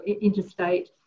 interstate